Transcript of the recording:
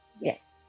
Yes